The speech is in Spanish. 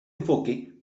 enfoque